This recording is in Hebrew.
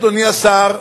אדוני השר,